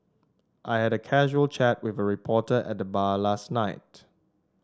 I had a casual chat with a reporter at the bar last night